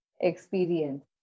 experience